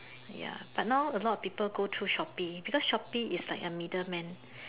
ya but now a lot of people go through Shopee because Shopee is like a middle man